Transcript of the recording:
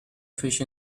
fish